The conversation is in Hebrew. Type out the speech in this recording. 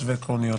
וחשובות בעיניי.